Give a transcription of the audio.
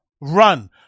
Run